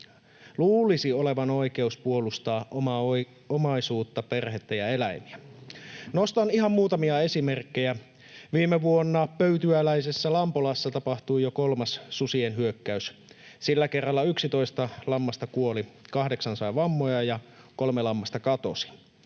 luulisi olevan oikeus puolustaa omaa omaisuuttaan, perhettään ja eläimiään. Nostan ihan muutamia esimerkkejä. Viime vuonna pöytyäläisessä lampolassa tapahtui jo kolmas susien hyökkäys. Sillä kerralla 11 lammasta kuoli, kahdeksan sai vammoja ja kolme lammasta katosi.